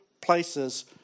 places